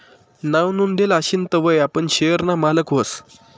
नाव नोंदेल आशीन तवय आपण शेयर ना मालक व्हस